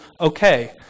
okay